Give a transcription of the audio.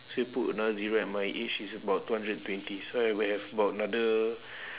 so you put another zero at my age is about two hundred and twenty so I will have about another